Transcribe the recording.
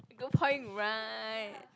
good point right